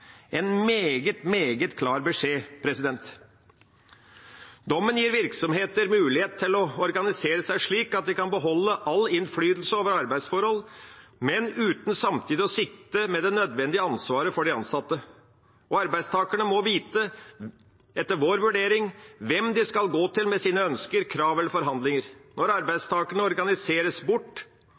En meget, meget klar beskjed. Dommen gir virksomheter mulighet til å organisere seg slik at de kan beholde all innflytelse over arbeidsforhold, men uten samtidig å sitte med det nødvendige ansvaret for de ansatte. Og arbeidstakerne må, etter vår vurdering, vite hvem de skal gå til med sine ønsker, krav eller forhandlinger. Når arbeidstakerne organiseres bort